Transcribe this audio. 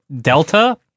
Delta